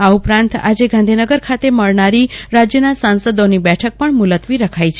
આ ઉપરાંત આજે ગાંધીનગર ખાતે મળનારી રાજ્યના સાંસદોની બેઠક પણ મુલત્વી રખાઈ છે